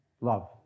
Love